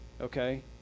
okay